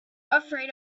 afraid